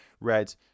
red